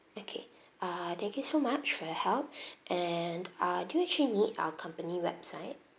okay uh thank you so much for your help and uh do you actually need our company website